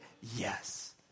Yes